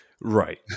Right